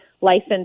licensed